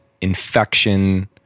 infection